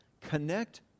Connect